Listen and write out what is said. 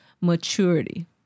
Maturity